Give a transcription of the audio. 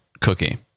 cookie